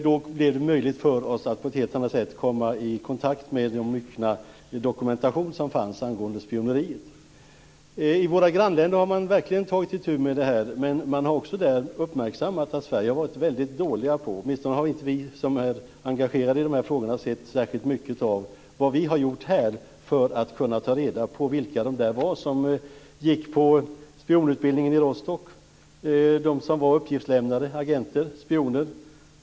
Då blev det möjligt för oss att på ett helt annat sätt komma i kontakt med den myckna dokumentation som fanns angående spioneri. I våra grannländer har man verkligen tagit itu med det här. Men man har också uppmärksammat att Sverige har varit väldigt dåligt på det. Åtminstone har inte vi som är engagerade i de här frågorna sett att det har gjorts särskilt mycket för att ta reda på vilka det var som gick på spionutbildningen i Rostock, vilka det var som var uppgiftslämnare, agenter och spioner.